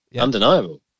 Undeniable